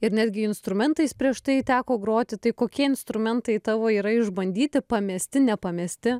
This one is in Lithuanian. ir netgi instrumentais prieš tai teko groti tai kokie instrumentai tavo yra išbandyti pamesti nepamesti